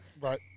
Right